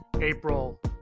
April